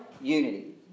unity